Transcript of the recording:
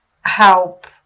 help